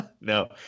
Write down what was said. No